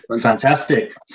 Fantastic